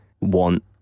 want